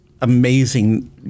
amazing